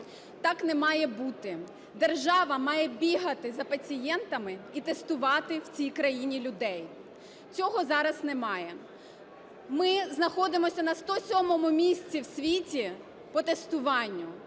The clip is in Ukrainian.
Так не має бути! Держава має бігати за пацієнтами і тестувати в цій країні людей, цього зараз немає. Ми знаходимося на 107-у місці в світі по тестуванню.